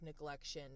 neglection